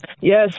Yes